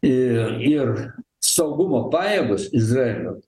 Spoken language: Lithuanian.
ir ir saugumo pajėgos izraelio